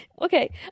Okay